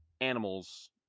animals